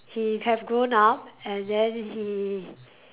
he have grown up and then he